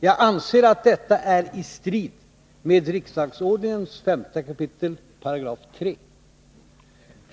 Jag anser att detta är i strid med riksdagsordningens 5 kap. 3 §.